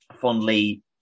fondly